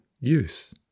use